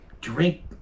Drink